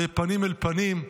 בפנים אל פנים.